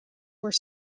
were